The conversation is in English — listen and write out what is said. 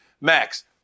Max